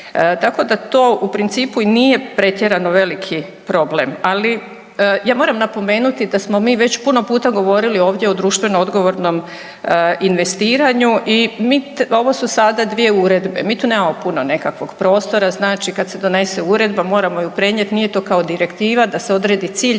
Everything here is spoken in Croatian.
Tako da to u principu i nije pretjerano veliki problem, ali ja moram napomenuti da smo mi već puno puta govorili ovdje o društveno odgovornom investiranu i ovo su sada 2 uredbe, mi tu nemamo puno nekakvog prostora znači kad se donese uredba moramo ju prenijeti, nije to kao direktiva da se odredi cilj